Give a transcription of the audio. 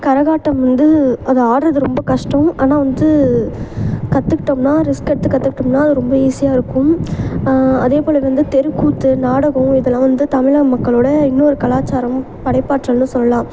கரகாட்டம் வந்து அது ஆடுறது ரொம்ப கஷ்டம் ஆனால் வந்து கற்றுக்கிட்டோம்னா ரிஸ்க் எடுத்து கற்றுக்கிட்டோம்னா அது ரொம்ப ஈஸியாக இருக்கும் அதேபோல் வந்து தெருக்கூத்து நாடகம் இதெல்லாம் வந்து தமிழக மக்களோட இன்னொரு கலாச்சாரம் படைப்பாற்றல்ன்னு சொல்லலாம்